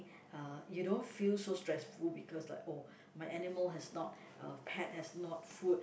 uh you don't feel so stressful because like oh my animal has not uh pet has not food